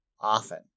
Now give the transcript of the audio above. often